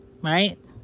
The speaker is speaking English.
Right